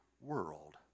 world